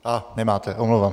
A nemáte, omlouvám se.